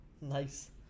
Nice